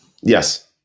Yes